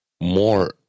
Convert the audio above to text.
more